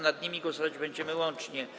Nad nimi głosować będziemy łącznie.